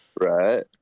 Right